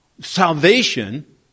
salvation